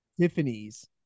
Tiffany's